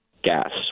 Gas